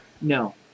No